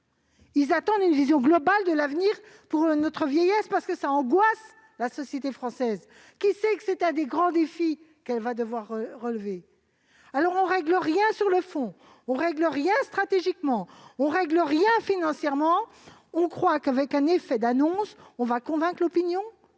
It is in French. Ils attendent une vision globale de l'avenir pour notre vieillesse. Cette question est source d'angoisse pour la société française, qui sait que c'est l'un des grands défis qu'elle devra relever. On ne règle rien sur le fond. On ne règle rien stratégiquement. On ne règle rien financièrement. On croit qu'un effet d'annonce suffira à convaincre l'opinion,